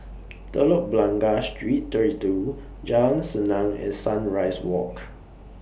Telok Blangah Street thirty two Jalan Senang and Sunrise Walk